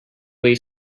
way